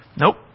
Nope